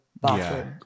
bathroom